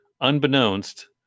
unbeknownst